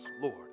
Lord